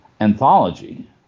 anthology